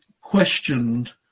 questioned